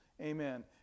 amen